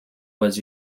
was